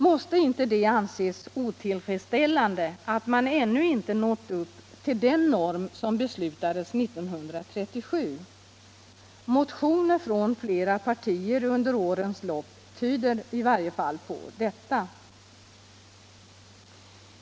Måste det inte anses otillfredsställande att man ännu inte nått upp till Kulturpolitiken Kulturpolitiken den norm som beslutades 1937? Motioner från flera partier under årens lopp tyder i varje fall på detta.